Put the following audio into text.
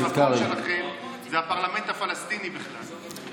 כשהמקום שלכם זה הפרלמנט הפלסטיני בכלל.